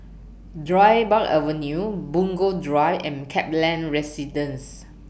Dryburgh Avenue Punggol Drive and Kaplan Residence